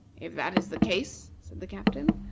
if that is the case, said the captain,